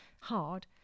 hard